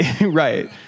right